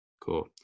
cool